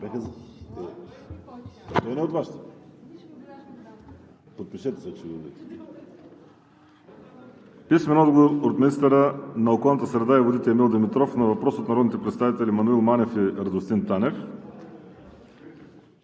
Богданов; - от министъра на околната среда и водите Емил Димитров на въпрос от народните представители Маноил Манев и Радостин Танев.